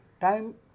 Time